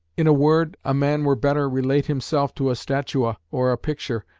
in a word, a man were better relate himself to a statua or a picture,